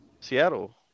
Seattle